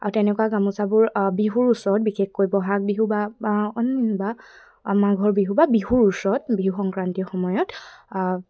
আৰু তেনেকুৱা গামোচাবোৰ বিহুৰ ওচৰত বিশেষকৈ বহাগ বিহু বা অন বা মাঘৰ বিহু বা বিহুৰ ওচৰত বিহু সংক্ৰান্তিৰ সময়ত